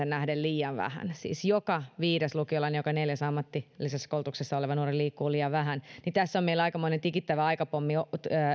nähden liian vähän siis joka viides lukiolainen ja joka neljäs ammatillisessa koulutuksessa oleva nuori liikkuu liian vähän niin tässä on meillä aikamoinen tikittävä aikapommi